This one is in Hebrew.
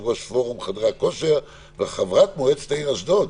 יושבת-ראש פורום חדרי הכושר וחברת מועצת העיר אשדוד.